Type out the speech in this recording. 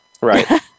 Right